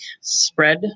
spread